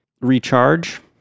recharge